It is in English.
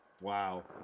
Wow